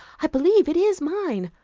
i believe it is mine.